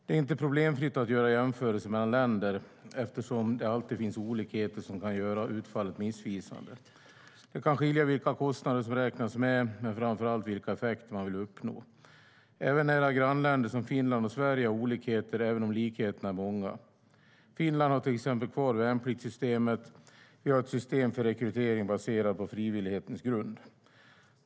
Det är inte problemfritt att göra jämförelser mellan länder eftersom det alltid finns olikheter som kan göra utfallet missvisande. Det kan skilja vilka kostnader som räknas med, men framför allt vilka effekter man vill uppnå. Även nära grannländer som Finland och Sverige har olikheter även om likheterna är många. Finland har till exempel kvar värnpliktssystemet. Vi har ett system för rekrytering baserad på frivillighetens grund.